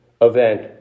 event